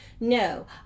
No